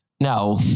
No